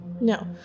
No